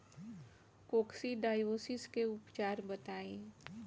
Coccidiosis के उपचार बताई?